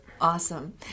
Awesome